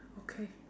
okay